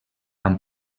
amb